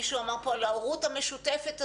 מישהו אמר פה על ההורות המשותפת הזאת,